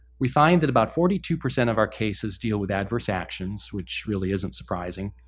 we find that about forty two percent of our cases deal with adverse actions, which really isn't surprising.